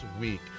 week